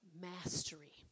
mastery